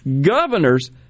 governors